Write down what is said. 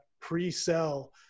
pre-sell